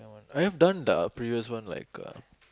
I have the done the previous one like uh